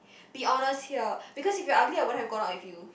be honest here because if you are ugly I wouldn't have gone out with you